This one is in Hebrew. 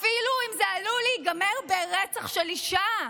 אפילו אם זה עלול להיגמר ברצח של אישה.